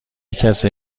کسی